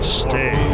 stay